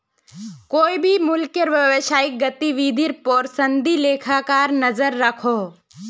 कोए भी मुल्केर व्यवसायिक गतिविधिर पोर संदी लेखाकार नज़र रखोह